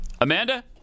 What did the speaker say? Amanda